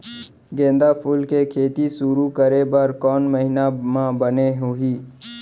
गेंदा फूल के खेती शुरू करे बर कौन महीना मा बने होही?